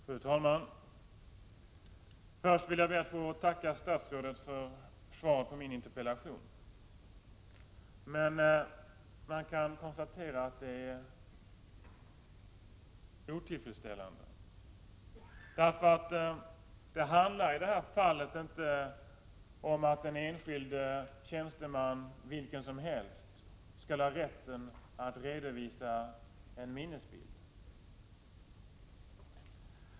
Fru talman! Först vill jag tacka statsrådet för svaret på min interpellation. Man kan emellertid konstatera att det är otillfredsställande, eftersom det i detta fall inte handlar om att en enskild tjänsteman, vilken som helst, skulle ha rätt att redovisa en minnesbild.